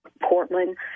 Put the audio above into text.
Portland